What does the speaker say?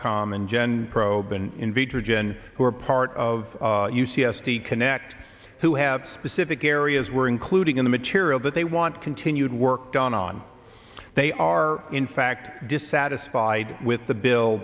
common gen probe and in vitro gen who are part of u c s d connect who have specific areas where including in the material that they want continued work done on they are in fact dissatisfied with the bill